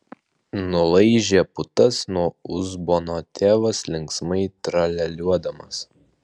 nulaižė putas nuo uzbono tėvas linksmai tralialiuodamas